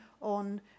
on